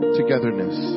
togetherness